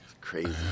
Crazy